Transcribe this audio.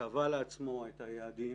קבע לעצמו את היעדים